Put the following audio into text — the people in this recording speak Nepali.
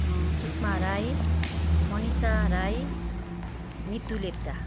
सुषमा राई मनिषा राई मितु लेप्चा